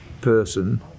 person